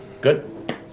Good